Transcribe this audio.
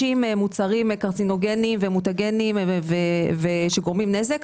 מוצרים קרצינוגנים ומותגנים שגורמים נזק,